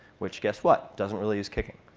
which, guess what? doesn't really use kicking.